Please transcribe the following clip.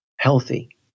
healthy